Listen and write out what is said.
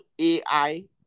AI